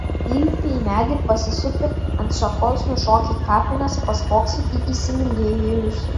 įlipi į medį pasisupi ant šakos nušoki į kapines paspoksai į įsimylėjėlius